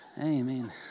Amen